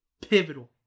pivotal